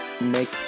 make